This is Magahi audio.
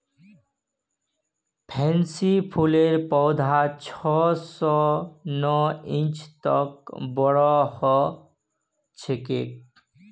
पैन्सी फूलेर पौधा छह स नौ इंच तक बोरो ह छेक